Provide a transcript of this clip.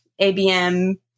ABM